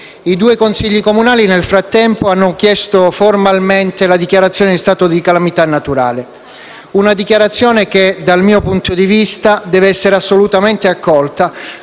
I due Consigli comunali, nel frattempo, hanno chiesto formalmente la dichiarazione dello stato di calamità naturale. Una dichiarazione che, dal mio punto di vista, deve essere assolutamente accolta